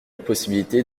possibilité